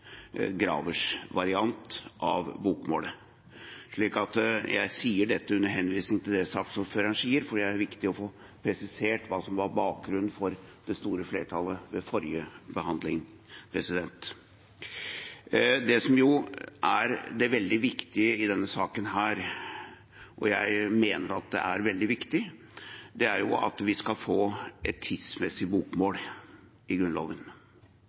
Gravers variant av bokmålet. Jeg sier dette under henvisning til det saksordføreren sier, for det er viktig å få presisert hva som var bakgrunnen for det store flertallet ved forrige behandling. Det som er veldig viktig i denne saken – jeg mener at det er veldig viktig – er å få et tidsmessig bokmål i Grunnloven.